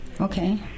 Okay